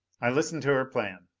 i listened to her plan.